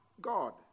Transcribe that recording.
God